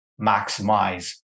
maximize